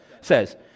says